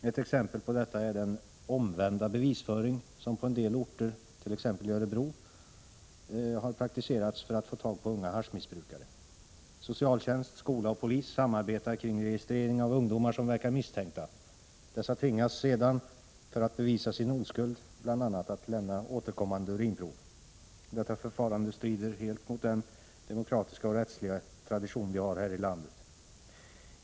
Ett exempel på detta är den ”omvända bevisföring” som på en en del orter, t.ex. Örebro, har praktiserats för att få tag på unga haschmissbrukare. Socialtjänst, skola och polis samarbetar kring registrering av ungdomar som verkar misstänkta. Dessa tvingas sedan, för att bevisa sin oskuld, bl.a. lämna återkommande urinprov. Detta förfarande strider helt mot den demokratiska och rättsliga tradition vi har här i landet.